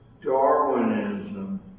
Darwinism